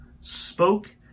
spoke